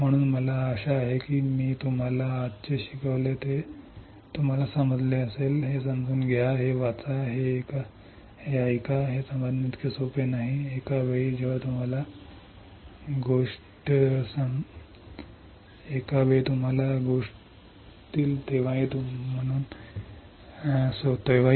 म्हणून मला आशा आहे की मी तुम्हाला आज जे शिकवले ते तुम्हाला समजले असेल हे समजून घ्या हे वाचा हे ऐका हे समजणे इतके सोपे नाही एका वेळी जेव्हा तुम्हाला गोष्टी माहीत असतील तेव्हाही